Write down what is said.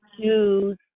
choose